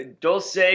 Dulce